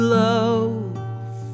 love